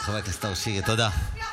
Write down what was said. חבר הכנסת נאור שירי, תודה.